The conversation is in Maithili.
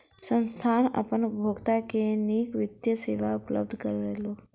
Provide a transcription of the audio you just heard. संस्थान अपन उपभोगता के नीक वित्तीय सेवा उपलब्ध करौलक